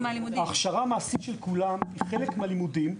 ההכשרה המעשית של כולם היא חלק מהלימודים.